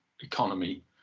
economy